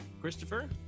Christopher